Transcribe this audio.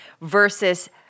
versus